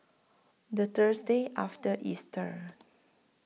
The Thursday after Easter